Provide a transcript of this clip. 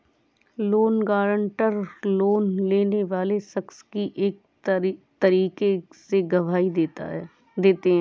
loan guarantor, loan लेने वाले शख्स की एक तरीके से गवाही देते हैं